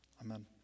Amen